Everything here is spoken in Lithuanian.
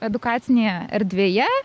edukacinėje erdvėje